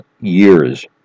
years